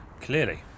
Clearly